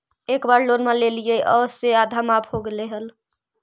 एक बार लोनवा लेलियै से आधा माफ हो गेले हल?